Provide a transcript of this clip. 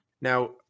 Now